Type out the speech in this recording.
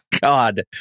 God